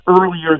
earlier